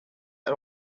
are